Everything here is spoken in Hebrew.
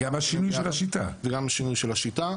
יש את הסיפור של מנגנון ערעור,